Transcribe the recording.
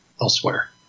elsewhere